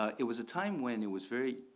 it was a time when it was very,